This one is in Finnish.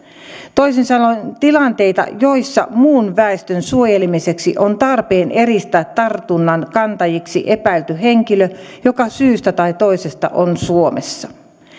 toisin sanoen tilanteita joissa muun väestön suojelemiseksi on tarpeen eristää tartunnankantajaksi epäilty henkilö joka syystä tai toisesta on suomessa